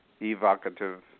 evocative